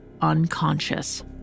unconscious